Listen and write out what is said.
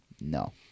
No